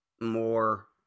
more